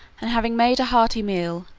and having made a hearty meal,